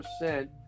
percent